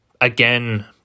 again